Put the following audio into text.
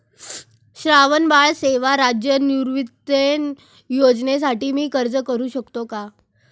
श्रावणबाळ सेवा राज्य निवृत्तीवेतन योजनेसाठी मी अर्ज करू शकतो का?